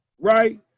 right